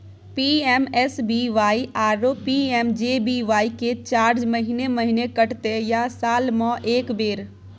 PMSBY आरो PMJBY के charge महीने महीना कटते या साल म एक बेर?